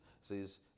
says